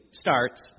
starts